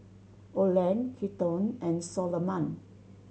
Oland Kelton and Soloman